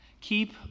Keep